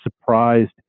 surprised